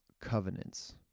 covenants